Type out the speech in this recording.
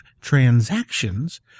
transactions